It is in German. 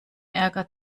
ärger